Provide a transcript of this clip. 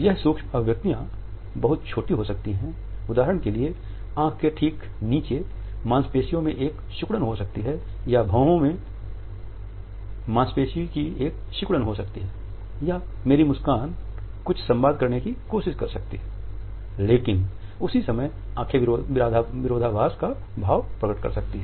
यह सूक्ष्म अभिव्यक्तियाँ बहुत छोटी हो सकती हैं उदाहरण के लिए आंख के ठीक नीचे मांसपेशी में एक सिकुडन हो सकती है या भौहों हेमीफेसिअल हेयर पर मांसपेशी की एक सिकुडन हो सकती है या मेरी मुस्कान कुछ संवाद करने की कोशिश कर सकती है लेकिन उसी समय आँखें विरोधाभास का भाव प्रकट कर सकती हैं